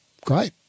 great